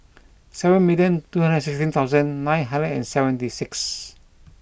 seven million two hundred sixteen thousand nine hundred and seventy six